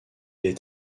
est